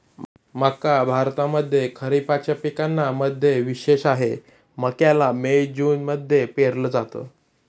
मक्का भारतामध्ये खरिपाच्या पिकांना मध्ये विशेष आहे, मक्याला मे जून मध्ये पेरल जात